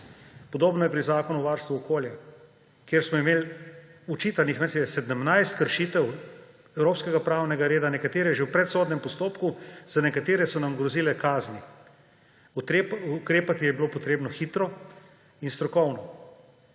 Podobno je pri Zakonu o varstvu okolja, kjer smo imeli, očitano je 17 kršitev evropskega pravnega reda, nekatere že v predsodnem postopku, za nekatere so nam grozile kazni. Ukrepati je bilo treba hitro in strokovno.